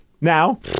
now